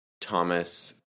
Thomas